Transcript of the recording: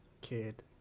kid